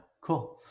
cool